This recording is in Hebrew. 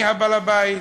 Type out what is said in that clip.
אני בעל-הבית.